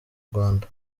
rwanda